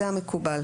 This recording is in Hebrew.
זה המקובל.